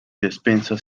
despensa